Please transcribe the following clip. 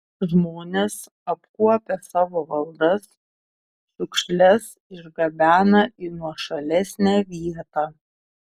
žmonės apkuopę savo valdas šiukšles išgabena į nuošalesnę vietą